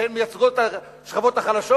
שהן מייצגות את השכבות החלשות,